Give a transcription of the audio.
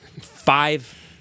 five